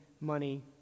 money